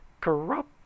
corrupt